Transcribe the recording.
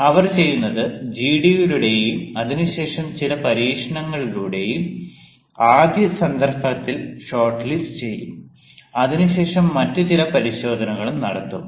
അതിനാൽ അവർ ചെയ്യുന്നത് ജിഡിയിലൂടെയും അതിനു ശേഷം ചില പരീക്ഷകളിലൂടെയും ആദ്യ സന്ദർഭത്തിൽ ഷോർട്ട്ലിസ്റ്റ് ചെയ്യും അതിനുശേഷം മറ്റ് ചില പരിശോധനകളും നടത്തും